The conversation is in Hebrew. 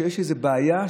שיש איזה בעיה,